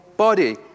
body